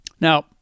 Now